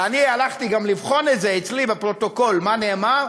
ואני הלכתי גם לבחון את זה אצלי בפרוטוקול מה נאמר.